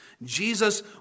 Jesus